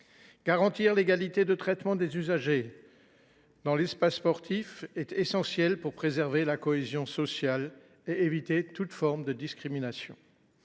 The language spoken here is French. Garantir l’égalité de traitement des usagers dans l’espace sportif est essentiel pour préserver la cohésion sociale et éviter toute forme de discrimination.